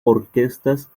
orquestas